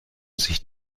sich